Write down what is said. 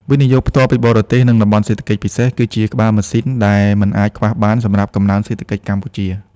វិនិយោគផ្ទាល់ពីបរទេស និង តំបន់សេដ្ឋកិច្ចពិសេស គឺជាក្បាលម៉ាស៊ីនដែលមិនអាចខ្វះបានសម្រាប់កំណើនសេដ្ឋកិច្ចកម្ពុជា។